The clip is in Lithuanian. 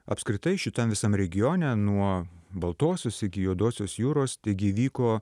apskritai šitam visam regione nuo baltosios iki juodosios jūros taigi įvyko